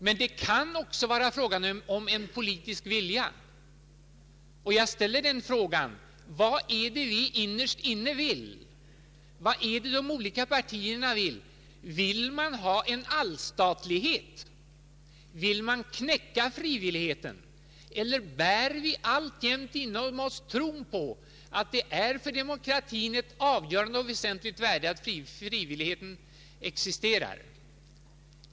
Men det kan också vara fråga om en politisk vilja, och jag frågar: Vad vill vi innerst inne? Vad vill de olika partierna? Vill man ha en allstatlighet? Vill man knäcka frivilligheten, eller bär vi alltjämt inom oss tron på att det för demokratin är avgörande och väsentligt att frivilligheten existerar?